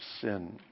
sin